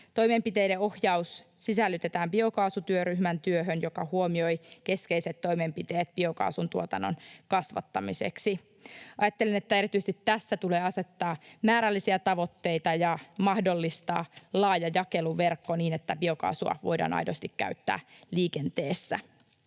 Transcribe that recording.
Toimenpiteiden ohjaus sisällytetään biokaasutyöryhmän työhön, joka huomioi keskeiset toimenpiteet biokaasun tuotannon kasvattamiseksi. Ajattelen, että erityisesti tässä tulee asettaa määrällisiä tavoitteita ja mahdollistaa laaja jakeluverkko, niin että biokaasua voidaan aidosti käyttää liikenteessä.